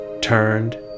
turned